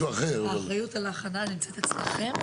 האחריות על ההכנה נמצאת אצלכם?